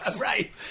Right